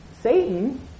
Satan